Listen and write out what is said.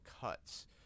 cuts